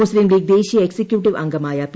മുസ്തീം ലീഗ്ര് ദേശീയ എക്സിക്യൂട്ടീവ് അംഗമായ പി